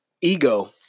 ego